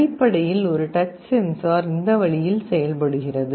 அடிப்படையில் ஒரு touch sensor இந்த வழியில் செயல்படுகிறது